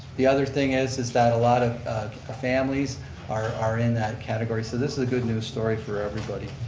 the other thing is is that a lot of families are are in that category, so this is a good news story for everybody.